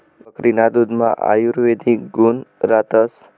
बकरीना दुधमा आयुर्वेदिक गुण रातस